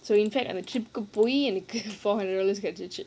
so in fact எனக்கு:enakku cheap good போய்:poi four hundred dollars கெடச்சுச்சு:kedachcuhu